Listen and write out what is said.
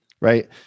right